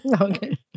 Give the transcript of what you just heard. Okay